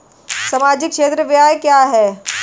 सामाजिक क्षेत्र व्यय क्या है?